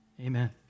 Amen